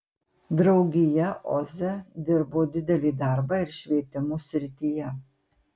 draugija oze dirbo didelį darbą ir švietimo srityje